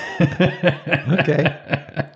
Okay